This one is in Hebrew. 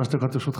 שלוש דקות לרשותך.